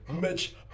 Mitch